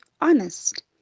honest